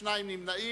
שני נמנעים,